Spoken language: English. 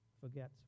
forgets